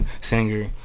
singer